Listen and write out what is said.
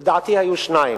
לדעתי, היו שניים.